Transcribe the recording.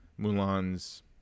Mulan's